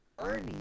Ernie